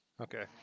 Okay